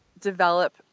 develop